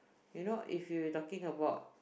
you know if you were talking about